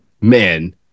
man